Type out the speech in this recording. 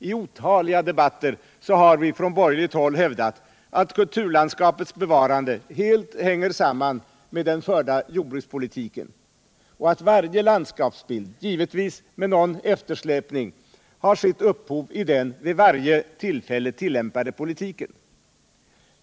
I otaliga debatter har vi från borgerligt håll hävdat att kulturlandskapets bevarande helt hänger samman med den förda jordbrukspolitiken och att varje landskapsbild, givetvis med någon eftersläpning, har sitt upphov i den vid varje tillfälle tillämpade politiken.